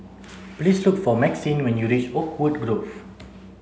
please look for Maxine when you reach Oakwood Grove